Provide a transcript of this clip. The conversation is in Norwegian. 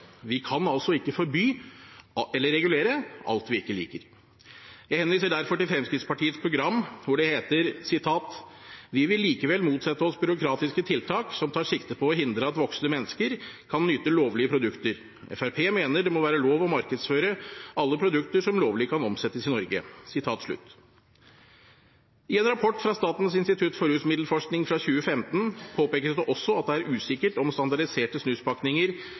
Vi kan altså ikke forby eller regulere alt vi ikke liker. Jeg henviser derfor til Fremskrittspartiets program, hvor det heter: «Vi vil likevel motsette oss byråkratiske tiltak som tar sikte på å hindre at voksne mennesker kan nyte lovlige produkter. FrP mener det må være lov å markedsføre alle produkter som lovlig kan omsettes i Norge.» I en rapport fra Statens institutt for rusmiddelforskning fra 2015 påpekes det også at det er usikkert om standardiserte snuspakninger